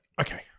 Okay